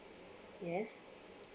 yes